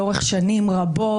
לאורך שנים רבות,